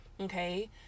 okay